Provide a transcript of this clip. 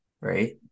right